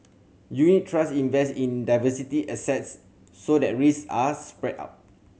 unit trust invest in diversity assets so that risk are spread out